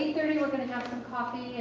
thirty, we're going to have some coffee